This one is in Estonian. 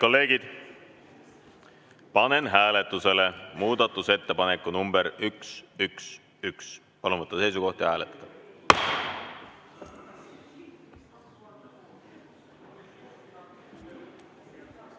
kolleegid, panen hääletusele muudatusettepaneku nr 109. Palun võtta seisukoht ja hääletada!